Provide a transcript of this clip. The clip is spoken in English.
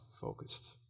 focused